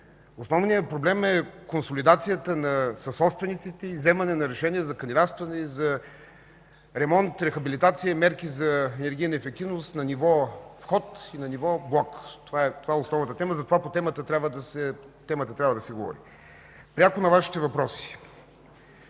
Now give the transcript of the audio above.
Основният проблем е консолидацията на съсобствениците и вземане на решение за кандидатстване за ремонт, рехабилитация и мерки за енергийна ефективност на ниво вход и блок. Това е основната тема, затова по нея трябва да се говори. Пряко на Вашите въпроси.